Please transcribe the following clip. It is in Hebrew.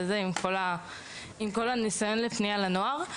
עם כל הניסיון לפניה לנוער.